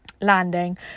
landing